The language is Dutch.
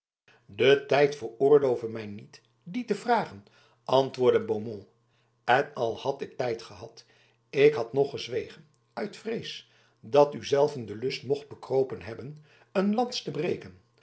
de tijd veroorloofde mij niet die te vragen antwoordde beaumont en al had ik tijd gehad ik had nog gezwegen uit vrees dat u zelven de lust mocht bekropen hebben een lans te breken